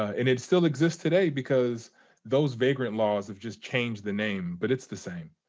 and it still exists today because those vagrant laws have just changed the name, but it's the same.